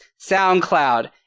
SoundCloud